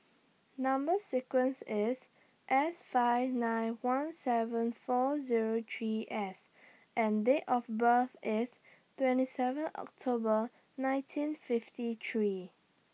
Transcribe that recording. Number sequence IS S five nine one seven four Zero three S and Date of birth IS twenty seven October nineteen fifty three